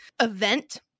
event